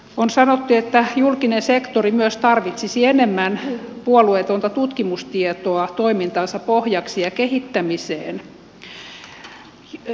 on sanottu että julkinen sektori myös tarvitsisi enemmän puolueetonta tutkimustietoa toimintansa pohjaksi ja kehittämiseen